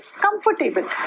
comfortable